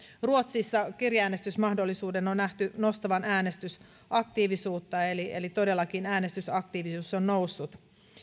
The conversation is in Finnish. ruotsissa kirjeäänestysmahdollisuuden on nähty nostavan äänestysaktiivisuutta eli eli todellakin äänestysaktiivisuus on noussut